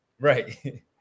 Right